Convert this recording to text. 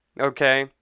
Okay